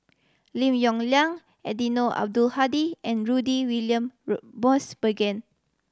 Lim Yong Liang Eddino Abdul Hadi and Rudy William Mosbergen